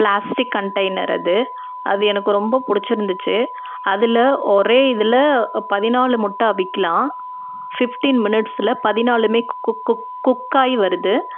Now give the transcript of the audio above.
plastic container அது அது எனக்கு ரொம்ப பிடிச்சிருந்துச்சி அதில் ஒரே இதில் பதினாலு முட்டை அவிக்கலாம் ஃபிஃப்டின் மினிட்ஸில் பதினாலுமே குக் குக் குக் ஆகி வருது